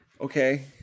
okay